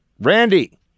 Randy